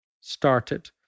started